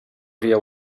via